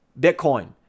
Bitcoin